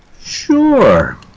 Sure